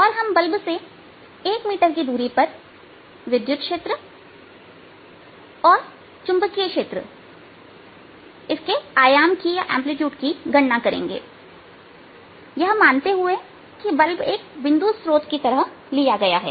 और हम बल्ब से 1 मीटर की दूरी पर विद्युत क्षेत्र और चुंबकीय क्षेत्र के आयाम एंप्लीट्यूड की गणना करेंगेयह मानते हुए की बल्ब 1 बिंदु स्त्रोत की तरह लिया गया है